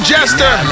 Jester